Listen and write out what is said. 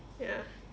ya